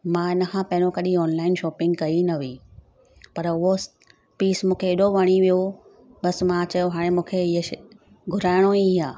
मां इन खां पहिरियों कॾहिं ऑनलाइन शॉपिंग कई न हुई पर हूअ पीस मूंखे एॾो वणी वियो बसि मां चयो हाणे मूंखे ईअ शइ घुराइणो ई आहे